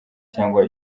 cyangwa